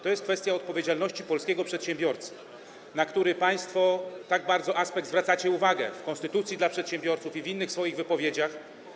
To jest kwestia odpowiedzialności polskiego przedsiębiorcy, na którą państwo tak bardzo zwracacie uwagę w konstytucji dla przedsiębiorców i w innych swoich wypowiedziach.